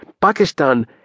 Pakistan